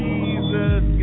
Jesus